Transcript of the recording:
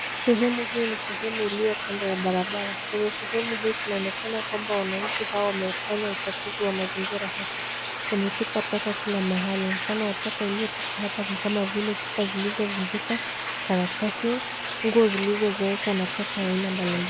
Sehemu hii ni sehemu iliyo kando ya barabara. Kwenye sehemu hii kunaonekana kwamba wananchi hawa wamefanya uchafuzi wa mazingira hapa. Wametupa takataka kila mahali. Mfano wa taka iliyotupwa hapa ni kama vile chupa iliyovunjika, karatasi, nguo zilizozeeka na taka ya aina mbali mbali.